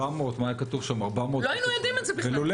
441, וזה עבר -- לא היינו יודעים על זה בכלל.